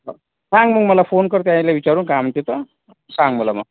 हो सांग मग मला फोन कर त्याला विचारून का म्हणते तर सांग मला मग